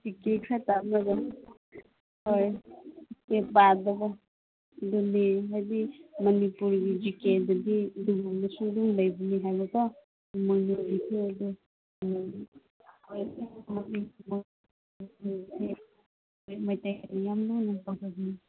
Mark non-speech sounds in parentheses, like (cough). G K ꯈꯔ ꯇꯝꯂꯒ ꯍꯣꯏ ꯖꯤ ꯀꯦ ꯄꯥꯗꯧꯕ ꯑꯗꯨꯅꯤ ꯍꯥꯏꯗꯤ ꯃꯅꯤꯄꯨꯔꯒꯤ ꯖꯤ ꯀꯦꯗꯗꯤ ꯑꯗꯨꯒꯨꯝꯕꯁꯨ ꯑꯗꯨꯝ ꯂꯩꯕꯅꯦ ꯍꯥꯏꯕꯀꯣ ꯏꯃꯣꯏꯅꯨꯒꯤꯁꯦ ꯑꯗꯣ (unintelligible) ꯃꯩꯇꯩꯒꯤꯗꯤ ꯌꯥꯝꯅ ꯅꯥꯟꯅ ꯄꯥꯡꯊꯣꯛꯄꯅꯦ